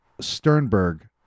sternberg